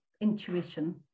intuition